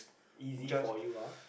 easy for you ah